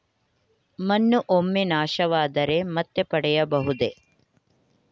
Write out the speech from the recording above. ಮಣ್ಣು ಒಮ್ಮೆ ನಾಶವಾದರೆ ಮತ್ತೆ ಪಡೆಯಬಹುದೇ?